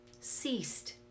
ceased